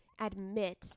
admit